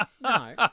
No